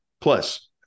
Plus